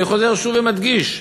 אני חוזר שוב ומדגיש: